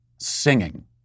singing